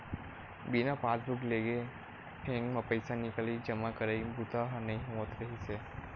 बिना पासबूक लेगे बेंक म पइसा निकलई, जमा करई बूता ह नइ होवत रिहिस हे